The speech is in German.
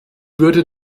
würde